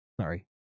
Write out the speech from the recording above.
Sorry